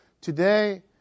Today